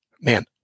man